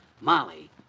Molly